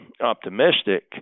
optimistic